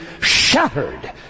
shattered